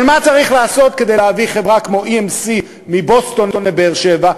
אבל מה צריך לעשות כדי להביא חברה כמו EMC מבוסטון לבאר-שבע,